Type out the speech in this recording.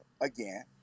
again